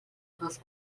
dos